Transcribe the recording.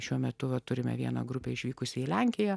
šiuo metu turime vieną grupė išvykusi į lenkiją